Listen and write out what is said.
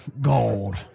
Gold